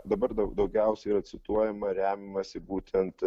dabar daug daugiausiai yra cituojama remiamasi būtent